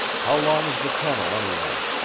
how long is the tunnel anyway?